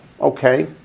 Okay